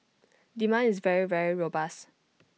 demand is very very robust